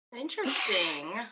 Interesting